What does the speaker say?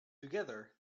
together